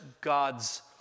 God's